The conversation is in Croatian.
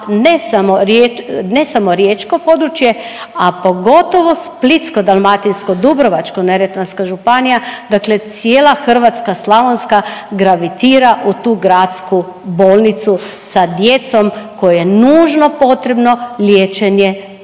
ne samo riječko područje, a pogotovo splitsko-dalmatinsko, Dubrovačko-neretvanska županija, dakle cijela Hrvatska, slavonska, gravitira u tu gradsku bolnicu sa djecom kojoj je nužno potrebno liječenje